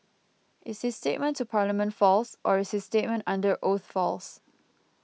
is his statement to Parliament false or is his statement under oath false